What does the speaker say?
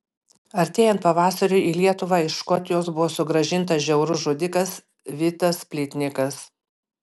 artėjant pavasariui į lietuvą iš škotijos buvo sugrąžintas žiaurus žudikas vitas plytnikas